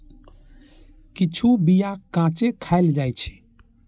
किछु बीया कांचे खाएल जाइ छै